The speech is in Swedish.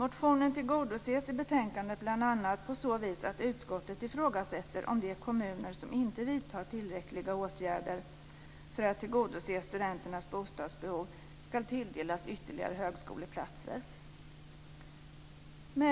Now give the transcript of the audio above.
Motionen tillgodoses i betänkandet bl.a. på så vis att utskottet ifrågasätter om de kommuner som inte vidtar tillräckliga åtgärder för att tillgodose studenternas bostadsbehov ska tilldelas ytterligare utbildningsplatser.